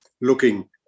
looking